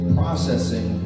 processing